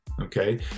okay